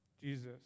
Jesus